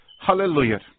Hallelujah